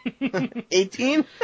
Eighteen